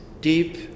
deep